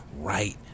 right